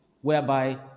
whereby